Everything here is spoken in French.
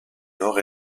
nord